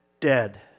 dead